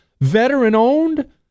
Veteran-owned